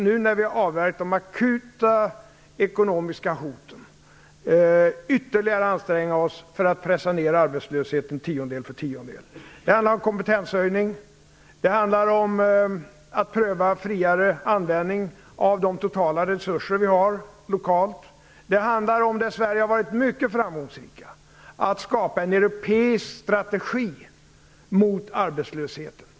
Nu när vi avvärjt de akuta ekonomiska hoten kommer vi att ytterligare anstränga oss för att pressa ner arbetslösheten tiondel för tiondel. Det handlar om kompetenshöjning. Det handlar om att pröva en friare användning av de totala resurserna lokalt. Det handlar om, och där har Sverige varit mycket framgångsrikt, att skapa en europeisk strategi mot arbetslösheten.